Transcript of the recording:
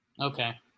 Okay